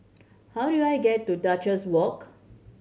how do I get to Duchess Walk